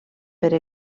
per